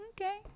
okay